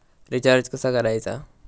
Recharge कसा करायचा?